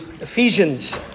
Ephesians